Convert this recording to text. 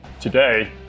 Today